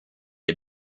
est